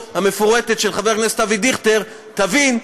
המפורטת של חבר הכנסת אבי דיכטר תבין מדוע,